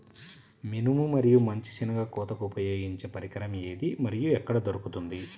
మినుము మరియు మంచి శెనగ కోతకు ఉపయోగించే పరికరం ఏది మరియు ఎక్కడ దొరుకుతుంది?